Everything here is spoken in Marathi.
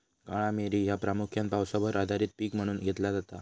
काळा मिरी ह्या प्रामुख्यान पावसावर आधारित पीक म्हणून घेतला जाता